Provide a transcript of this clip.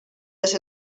les